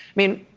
mean,